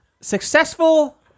successful